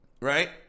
Right